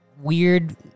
weird